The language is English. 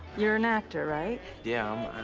you're an actor, right? yeah,